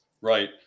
Right